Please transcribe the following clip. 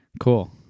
Cool